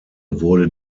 wurde